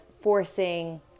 forcing